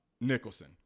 nicholson